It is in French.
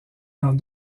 dans